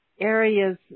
areas